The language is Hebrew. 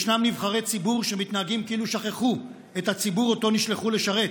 ישנם נבחרי ציבור שמתנהגים כאילו שכחו את הציבור שאותו נשלחו לשרת.